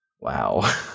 Wow